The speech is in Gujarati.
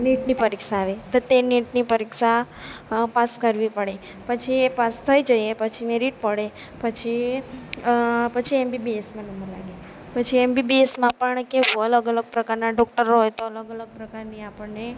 નીટની પરીક્ષા આવે તો તે નીટની પરીક્ષા અ પાસ કરવી પડે પછી એ પાસ થઈ જઈએ એ પછી મેરીટ પડે પછી પછી એમબીબીએસમાં નંબર લાગે પછી એમબીબીએસમાં પણ કેવું અલગ અલગ પ્રકારના ડૉક્ટરો હોય તો અલગ અલગ પ્રકારની આપણને